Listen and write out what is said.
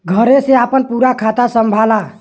घरे से आपन पूरा खाता संभाला